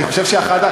אני חושב שאחד,